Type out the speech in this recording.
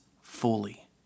fully